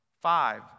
Five